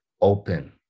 open